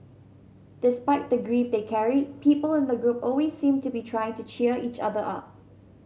despite the grief they carried people in the group always seemed to be trying to cheer each other up